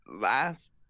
last